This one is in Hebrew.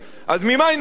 אז ממאי נפשך,